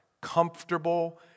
Comfortable